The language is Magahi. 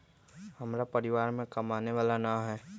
हमरा परिवार में कमाने वाला ना है?